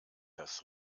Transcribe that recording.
das